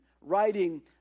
writing